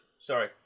Sorry